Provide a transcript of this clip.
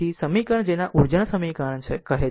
તેથી આ સમીકરણ જેને ઉર્જાના સમીકરણ કહે છે